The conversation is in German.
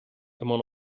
immer